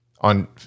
on